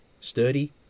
Sturdy